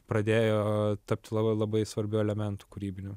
pradėjo tapti labai labai svarbiu elementų kūrybiniu